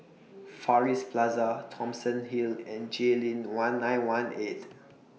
Far East Plaza Thomson Hill and Jayleen one nine one eight